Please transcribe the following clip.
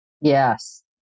Yes